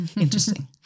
interesting